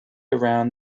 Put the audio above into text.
around